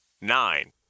nine